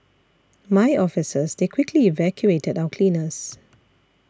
my officers they quickly evacuated our cleaners